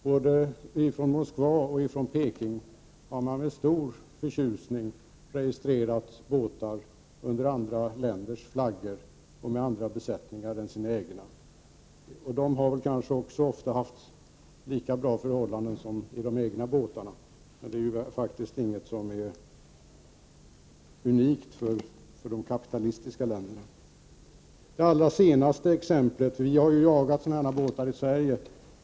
Både i Moskva och i Peking har man med stor förtjusning registrerat båtar under andra länders flaggor och med besättningar från andra länder än sina egna, och de har också haft kanske lika bra förhållanden som i det egna landets båtar. Fri flagg är faktiskt inget som är unikt för de kapitalistiska länderna. Vi har ju jagat sådana båtar i Sverige.